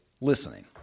listening